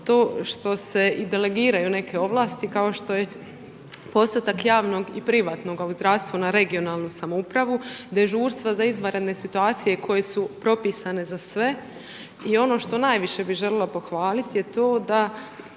to što se i delegiraju neke ovlasti, kao što je postotak javnog i privatnoga u zdravstvu na regionalnu samoupravu, dežurstva za izvanredne situacije koje su propisane za sve i ono što najviše bih željela pohvaliti je to da